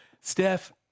Steph